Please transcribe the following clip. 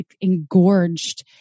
engorged